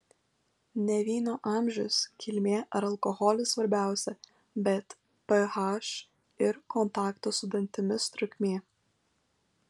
ne vyno amžius kilmė ar alkoholis svarbiausia bet ph ir kontakto su dantimis trukmė